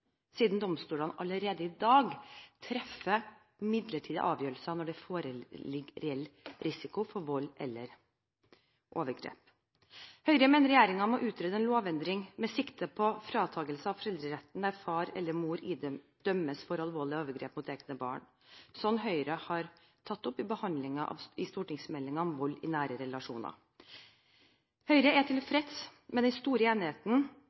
siden domstolene allerede i dag treffer midlertidige avgjørelser når det foreligger reell risiko for vold eller overgrep. Høyre mener regjeringen må utrede en lovendring med sikte på fratakelse av foreldreretten der far eller mor dømmes for alvorlige overgrep mot egne barn, som Høyre har tatt opp under behandlingen av stortingsmeldingen om vold i nære relasjoner. Høyre er tilfreds med den store enigheten